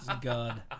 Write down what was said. God